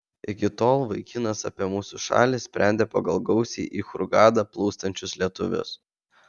iki tol vaikinas apie mūsų šalį sprendė pagal gausiai į hurgadą plūstančius lietuvius